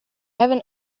have